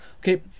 Okay